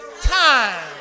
time